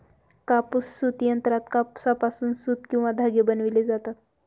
कापूस सूत यंत्रात कापसापासून सूत किंवा धागे बनविले जातात